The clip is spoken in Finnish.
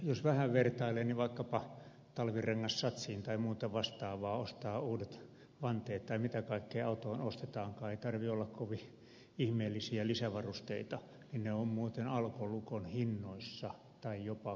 jos vähän vertailee vaikkapa ostaa talvirengassatsin tai muuta vastaavaa uudet vanteet tai mitä kaikkea autoon ostetaankaan ei tarvitse olla kovin ihmeellisiä lisävarusteita niin ne ovat muuten alkolukon hinnoissa tai jopa kalliimpia